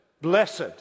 blessed